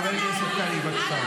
חבר הכנסת קריב, בבקשה.